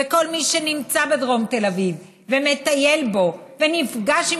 וכל מי שנמצא בדרום תל אביב ומטייל שם ונפגש עם